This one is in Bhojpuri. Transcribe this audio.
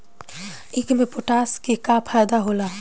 ईख मे पोटास के का फायदा होला?